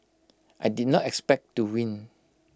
I did not expect to win